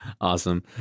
Awesome